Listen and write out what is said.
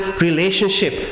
relationship